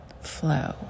flow